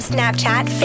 Snapchat